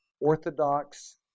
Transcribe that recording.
orthodox